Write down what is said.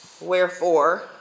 Wherefore